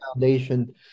foundation